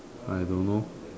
I don't know